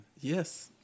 Yes